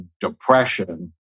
depression